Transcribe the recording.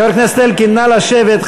חבר הכנסת אלקין, נא לשבת.